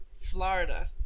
florida